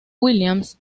williams